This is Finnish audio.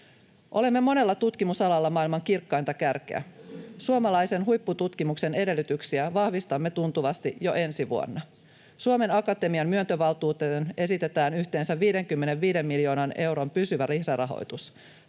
Olemme monella tutkimusalalla maailman kirkkainta kärkeä. Suomalaisen huippututkimuksen edellytyksiä vahvistamme tuntuvasti jo ensi vuonna. Suomen Akatemian myöntövaltuuteen esitetään yhteensä 55 miljoonan euron pysyvä lisärahoitus.